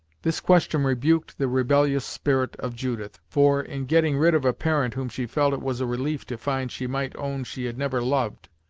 this question rebuked the rebellious spirit of judith, for, in getting rid of a parent whom she felt it was a relief to find she might own she had never loved,